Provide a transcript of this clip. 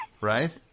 Right